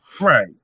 Right